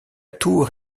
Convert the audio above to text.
tour